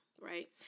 right